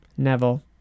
Neville